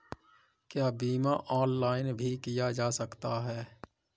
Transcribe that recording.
क्या बीमा ऑनलाइन भी किया जा सकता है?